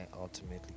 ultimately